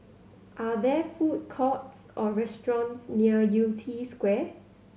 are there food courts or restaurants near Yew Tee Square